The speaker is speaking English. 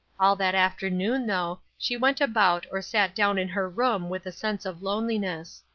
all that afternoon, though, she went about or sat down in her room with a sense of loneliness.